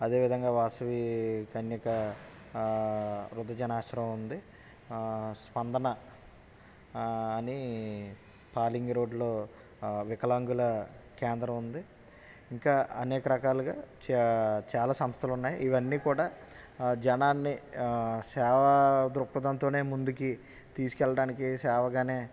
అదే విధంగా వాసవి కన్యక వృద్ధ జనాశ్రమం ఉంది స్పందన అని పాలింగు రోడ్లో వికలాంగుల కేంద్రం ఉంది ఇంకా అనేక రకాలుగా చా చాలా సంస్థలు ఉన్నాయి ఇవన్నీ కూడా జనాన్ని సేవా దృక్పథంతోనే ముందుకి తీసుకెళ్ళడానికి సేవగానే